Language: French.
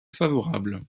favorable